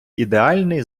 ідеальний